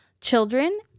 children